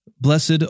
Blessed